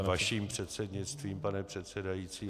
Vaším předsednictvím, pane předsedající...